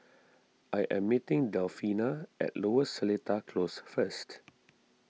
I am meeting Delfina at Lower Seletar Close first